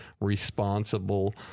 responsible